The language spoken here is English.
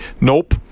nope